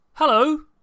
Hello